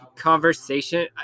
conversation